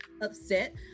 upset